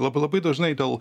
labai labai dažnai dėl